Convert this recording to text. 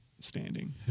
standing